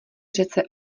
řece